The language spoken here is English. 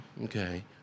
Okay